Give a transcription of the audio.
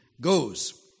goes